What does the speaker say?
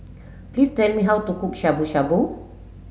please tell me how to cook Shabu Shabu